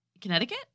Connecticut